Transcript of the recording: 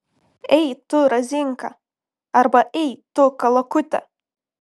ei tu razinka arba ei tu kalakute